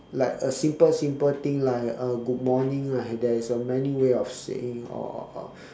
like a simple simple thing like uh good morning right like there is uh many ways of saying or or or